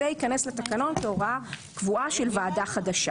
זה ייכנס לתקנון כהוראה קבועה של ועדה חדשה.